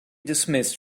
dismissed